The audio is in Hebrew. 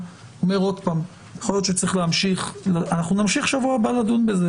אנחנו נמשיך שבוע הבא לדון בזה,